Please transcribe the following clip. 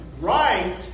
right